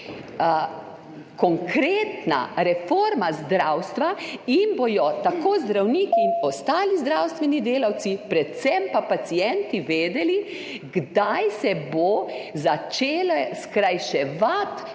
konkretna reforma zdravstva in bodo zdravniki in drugi zdravstveni delavci, predvsem pa pacienti vedeli, kdaj se bodo začele skrajševati